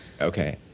Okay